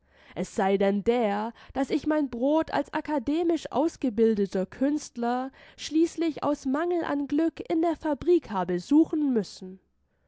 es sei denn der daß ich mein brot als akademisch ausgebildeter künstler schließlich aus mangel an glück in der fabrik habe suchen müssen